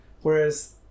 Whereas